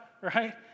right